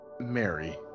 Mary